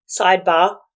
sidebar